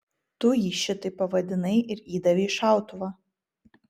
tu jį šitaip pavadinai ir įdavei šautuvą